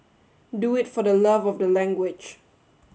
do it for the love of the language